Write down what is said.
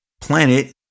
Planet